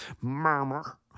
murmur